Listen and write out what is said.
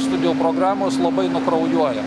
studijų programos labai nukraujuoja